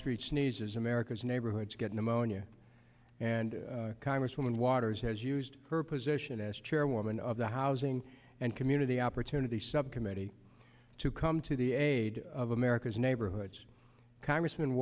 street sneezes america's neighborhoods get pneumonia and congresswoman waters has used her position as chairwoman of the housing and community opportunity subcommittee to come to the aid of america's neighborhoods congressm